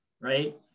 right